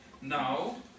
Now